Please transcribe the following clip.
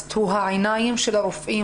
הוא העיניים של הרופאים.